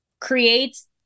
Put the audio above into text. creates